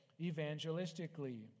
evangelistically